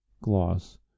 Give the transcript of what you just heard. Gloss